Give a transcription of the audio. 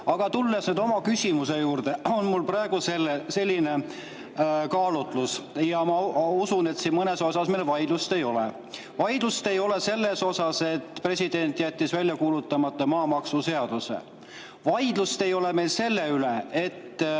Aga tulen nüüd oma küsimuse juurde. Mul on praegu selline kaalutlus ja usun, et mõne osa üle meil vaidlust ei ole. Vaidlust ei ole selles, et president jättis välja kuulutamata maamaksuseaduse. Vaidlust ei ole meil selle üle, et